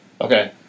Okay